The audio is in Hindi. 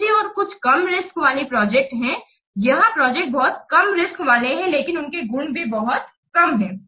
दूसरी ओर कुछ कम रिस्क वाली प्रोजेक्ट हैं यह प्रोजेक्ट बहुत कम रिस्क वाले है लेकिन उनके गुण भी बहुत कम हैं